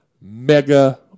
mega